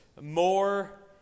more